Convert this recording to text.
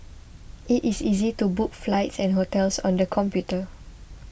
it is easy to book flights and hotels on the computer